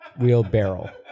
Wheelbarrel